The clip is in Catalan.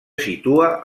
situa